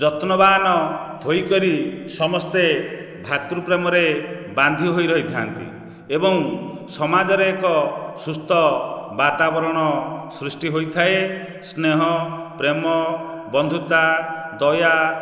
ଯତ୍ନବାନ ହୋଇକରି ସମସ୍ତେ ଭାତୃପ୍ରେମରେ ବାନ୍ଧି ହୋଇ ରହିଥାନ୍ତି ଏବଂ ସମାଜରେ ଏକ ସୁସ୍ଥ ବାତାବରଣ ସୃଷ୍ଟି ହୋଇଥାଏ ସ୍ନେହ ପ୍ରେମ ବନ୍ଧୁତା ଦୟା